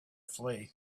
flee